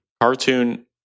cartoon